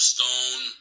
Stone